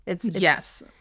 Yes